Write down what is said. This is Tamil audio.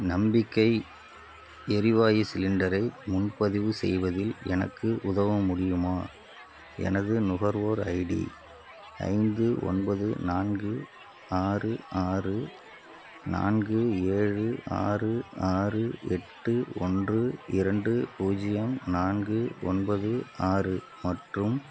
நம்பிக்கை எரிவாயு சிலிண்டரை முன்பதிவு செய்வதில் எனக்கு உதவ முடியுமா எனது நுகர்வோர் ஐடி ஐந்து ஒன்பது நான்கு ஆறு ஆறு நான்கு ஏழு ஆறு ஆறு எட்டு ஒன்று இரண்டு பூஜ்ஜியம் நான்கு ஒன்பது ஆறு மற்றும்